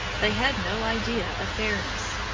they had no idea of fairness.